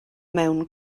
mewn